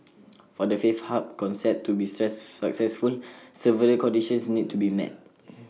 for the faith hub concept to be successful several conditions need to be met